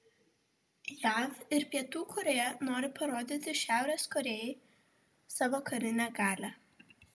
jav ir pietų korėja nori parodyti šiaurės korėjai savo karinę galią